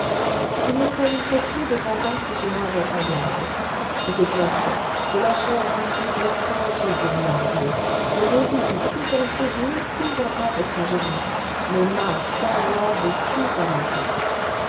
il ne s'agissait plus de cancans plus ou moins vraisemblables c'était un fait de la chair visible et tangible morbleu le résidu tout entier d'une épouvantable tragédie le marc sanglant de tout un massacre